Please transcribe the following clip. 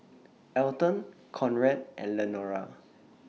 Alton Conrad and Lenora